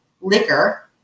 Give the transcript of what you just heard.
liquor